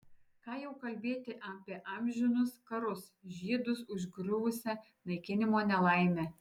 ką jau kalbėti apie amžinus karus žydus užgriuvusią naikinimo nelaimę